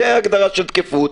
זו הגדרה של תקפות.